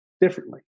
differently